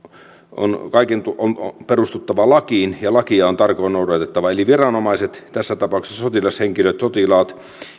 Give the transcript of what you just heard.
kaiken on perustuttava lakiin ja lakia on tarkoin noudatettava eli viranomaiset tässä tapauksessa sotilashenkilöt ja sotilaat